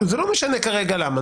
זה לא משנה כרגע למה.